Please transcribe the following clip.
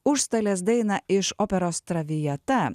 užstalės dainą iš operos traviata